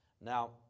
Now